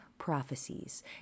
prophecies